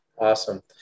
Awesome